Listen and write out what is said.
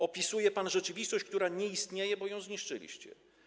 Opisuje pan rzeczywistość, która nie istnieje, bo ją zniszczyliście.